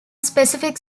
specific